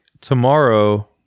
tomorrow